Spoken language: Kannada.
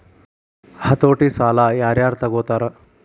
ಹತೋಟಿ ಸಾಲಾ ಯಾರ್ ಯಾರ್ ತಗೊತಾರ?